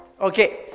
okay